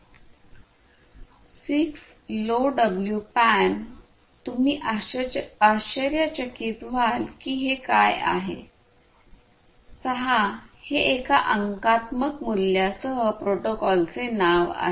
6 LoWPAN तुम्ही आश्चर्यचकित व्हाल की हे काय आहे 6 हे एका अंकात्मक मूल्यासह प्रोटोकॉलचे नाव आहे